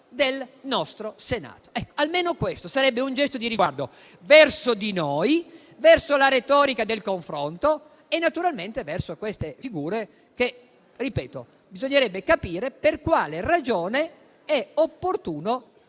del nostro Senato. Almeno questo sarebbe un gesto di riguardo verso di noi, verso la retorica del confronto e, naturalmente, verso queste figure, che - lo ripeto - bisognerebbe capire per quale ragione è opportuno